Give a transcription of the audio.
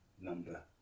number